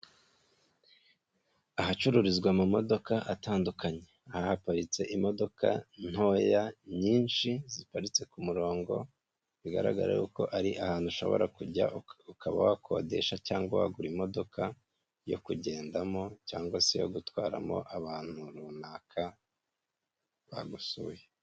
Ahacururizwa ama modoka atandukanye. Aha haparitse imodoka ntoya nyinshi ziparitse ku murongo, bigaragara yuko ari ahantu ushobora kujya ukaba wakodesha cyangwa wagura imodoka yo kugendamo, cyangwa se gutwaramo abantu runaka bagusuye.